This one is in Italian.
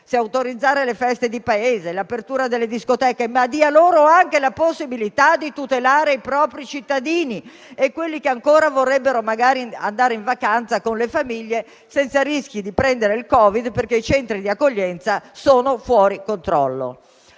se autorizzare le feste di paese o l'apertura delle discoteche, ma dia loro anche la possibilità di tutelare i propri cittadini e quelli che ancora vorrebbero, magari, andare in vacanza con le famiglie senza rischiare di prendere la Covid perché i centri di accoglienza sono fuori controllo.